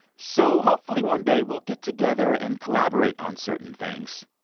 so hopefully, one day, we'll get together and collaborate on certain things.